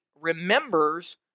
remembers